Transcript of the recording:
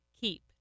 keep